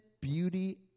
beauty